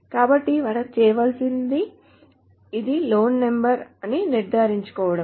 కాబట్టి మనం చేయవలసింది ఇదే లోన్ నెంబర్ అని నిర్ధారించుకోవడం